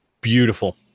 Beautiful